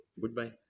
goodbye